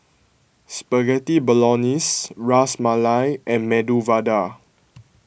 Spaghetti Bolognese Ras Malai and Medu Vada